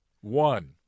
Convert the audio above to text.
One